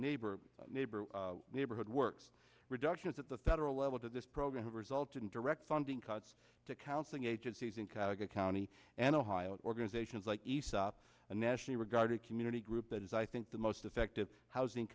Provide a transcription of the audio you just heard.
neighbor neighbor neighborhood works reductions at the federal level to this program would result in direct funding cuts to counseling agencies in calgary county and ohio organizations like aesop a nationally regarded community group that is i think the most effective housing